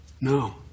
No